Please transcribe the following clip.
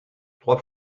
trois